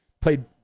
Played